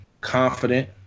confident